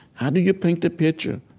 how do you paint the picture?